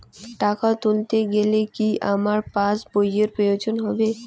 টাকা তুলতে গেলে কি আমার পাশ বইয়ের প্রয়োজন হবে?